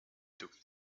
took